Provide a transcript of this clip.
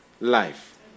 life